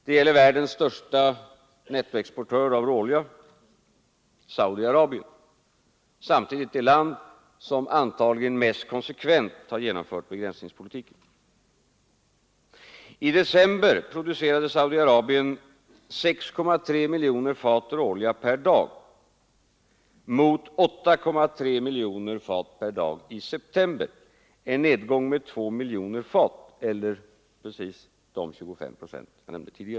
Det gäller världens största nettoexportör av råolja, Saudi-Arabien, som samtidigt är det land som antagligen mest konsekvent har genomfört begränsningspolitiken. I december producerade Saudi-Arabien 6,3 miljoner fat råolja per dag mot 8,3 miljoner fat per dag i september — en nedgång med 2 miljoner fat eller precis 25 procent.